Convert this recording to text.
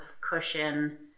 cushion